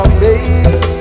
face